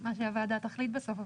מה שהוועדה תחליט בסוף.